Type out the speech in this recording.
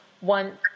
one